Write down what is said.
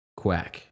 quack